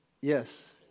Yes